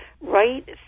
Right